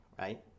right